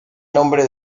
nombre